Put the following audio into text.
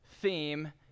theme